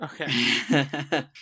Okay